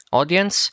audience